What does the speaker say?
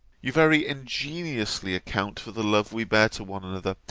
you very ingeniously account for the love we bear to one another,